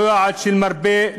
לא יעד של מרפא,